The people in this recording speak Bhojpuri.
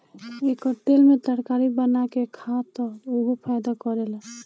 एकर तेल में तरकारी बना के खा त उहो फायदा करेला